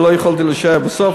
שלא יכולתי להישאר עד הסוף,